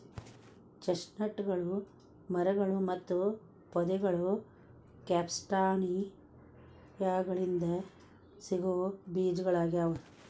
ಚೆಸ್ಟ್ನಟ್ಗಳು ಮರಗಳು ಮತ್ತು ಪೊದೆಗಳು ಕ್ಯಾಸ್ಟಾನಿಯಾಗಳಿಂದ ಸಿಗೋ ಬೇಜಗಳಗ್ಯಾವ